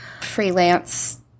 freelance